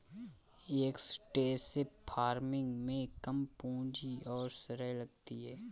extensive farming में कम पूंजी और श्रम लगती है